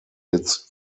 its